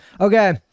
Okay